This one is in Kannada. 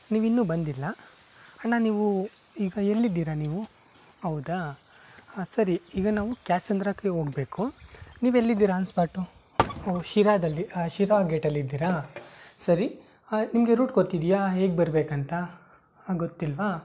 ನೀವಿನ್ನೂ ಬಂದಿಲ್ಲ ಅಣ್ಣ ನೀವು ಈಗ ಎಲ್ಲಿದ್ದೀರಾ ನೀವು ಹೌದಾ ಹಾಂ ಸರಿ ಈಗ ನಾವು ಕ್ಯಾತ್ಸಂದ್ರಕ್ಕೆ ಹೋಗ್ಬೇಕು ನೀವೆಲ್ಲಿದ್ದೀರಾ ಆನ್ ಸ್ಪಾಟು ಓಹ್ ಶಿರಾದಲ್ಲಿ ಶಿರಾ ಗೇಟಲ್ಲಿದ್ದೀರಾ ಸರಿ ನಿಮಗೆ ರೂಟ್ ಗೊತ್ತಿದೆಯಾ ಹೇಗ್ ಬರಬೇಕಂತ ಹಾಂ ಗೊತ್ತಿಲ್ವಾ